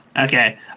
Okay